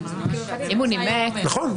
נכון,